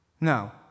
No